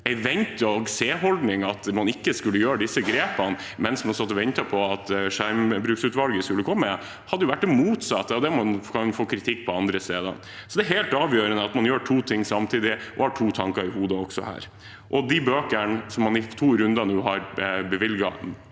En vente-og-se-holdning, at man ikke skal gjøre disse grepene mens man venter på at skjermbrukutvalget skal levere, hadde vært det motsatte av det man får kritikk for andre steder. Det er helt avgjørende at man gjør to ting samtidig og har to tanker i hodet også her. Og de bøkene man i to runder nå har bevilget